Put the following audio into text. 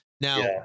Now